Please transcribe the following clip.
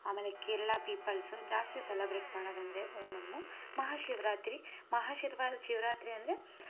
ಆಮೇಲೆ ಕೇರಳ ಪೀಪಲ್ಸ ಜಾಸ್ತಿ ಸೆಲೆಬ್ರೇಟ್ ಮಾಡೋದಂದರೆ ಓಣಮ್ ಮಹಾಶಿವರಾತ್ರಿ ಮಹಾಶೀರ್ವ ಶಿವರಾತ್ರಿ ಅಂದರೆ